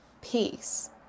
peace